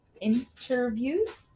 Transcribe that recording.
interviews